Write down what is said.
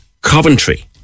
Coventry